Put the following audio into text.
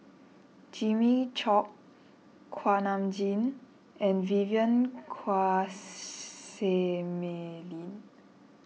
Jimmy Chok Kuak Nam Jin and Vivien Quahe Seah Mei Lin